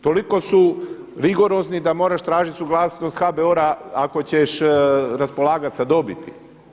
Toliko su rigorozni da moraš tražiš suglasnost HBOR-a ako ćeš raspolagat sa dobiti.